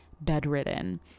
bedridden